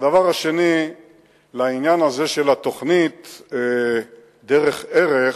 לעניין הזה של התוכנית "דרך ערך",